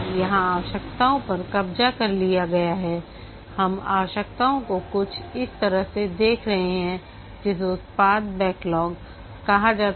यहां आवश्यकताओं पर कब्जा कर लिया गया है हम आवश्यकताओं को कुछ इस तरह से देख रहे हैं जिसे उत्पाद बैकलॉग कहा जाता है